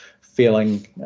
feeling